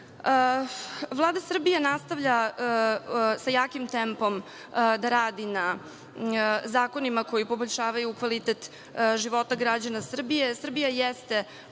robe. Vlada Srbije nastavlja sa jakim tempom da radi na zakonima koji poboljšavaju kvalitet života građana Srbije. Srbija jeste